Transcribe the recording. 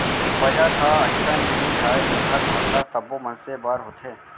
budget ह अइसन जिनिस आय जेखर महत्ता सब्बो मनसे बर होथे